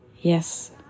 Yes